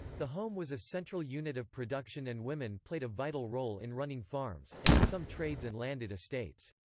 the home was a central unit of production and women played a vital role in running farms, and in some trades and landed estates.